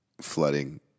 flooding